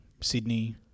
Sydney